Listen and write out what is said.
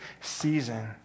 season